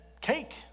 cake